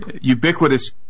ubiquitous